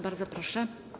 Bardzo proszę.